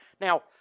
Now